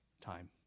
time